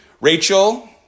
Rachel